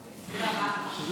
אתה מדבר על החברה הערבית?